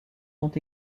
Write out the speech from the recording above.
sont